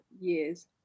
years